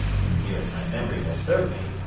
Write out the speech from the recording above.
as near as my memory will serve me,